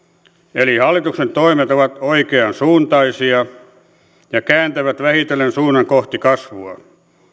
hallituksen toimet ovat oikeansuuntaisia ja kääntävät vähitellen suunnan kohti kasvua